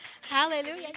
Hallelujah